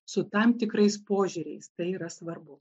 su tam tikrais požiūriais tai yra svarbu